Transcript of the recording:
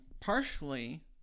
partially